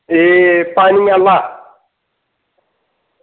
एह् पानी आह्ला